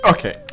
Okay